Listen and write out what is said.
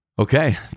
Okay